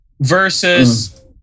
versus